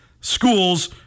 schools